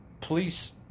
police